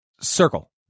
Circle